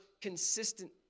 consistent